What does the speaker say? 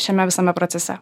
šiame visame procese